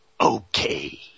Okay